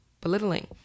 belittling